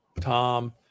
Tom